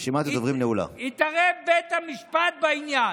התערב בית המשפט בעניין?